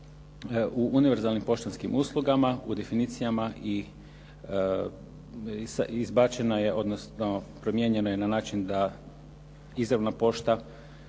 u univerzalnim poštanskim uslugama, u definicijama izbačena je, odnosno promijenjeno je na način da izravna pošta